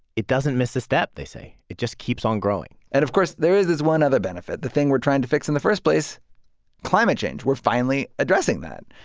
it doesn't miss a step, they say. it just keeps on growing and, of course, there is this one other benefit the thing we're trying to fix in the first place climate change. we're finally addressing that.